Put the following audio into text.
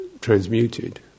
transmuted